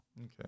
Okay